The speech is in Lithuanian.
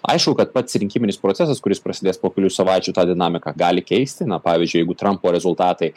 aišku kad pats rinkiminis procesas kuris prasidės po kelių savaičių tą dinamiką gali keisti na pavyzdžiui jeigu trampo rezultatai